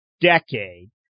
decade